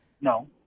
No